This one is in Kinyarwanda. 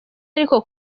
ariko